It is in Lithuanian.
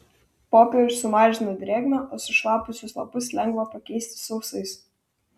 popierius sumažina drėgmę o sušlapusius lapus lengva pakeisti sausais